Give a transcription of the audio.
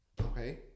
Okay